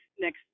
next